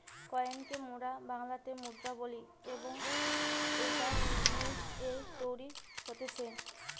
coin কে মোরা বাংলাতে মুদ্রা বলি এবং এইটা মিন্ট এ তৈরী হতিছে